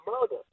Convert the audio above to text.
murder